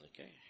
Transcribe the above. okay